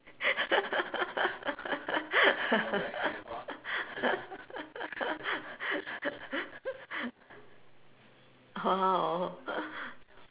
oh